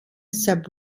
sub